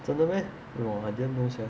真的 meh !wah! I didn't know sia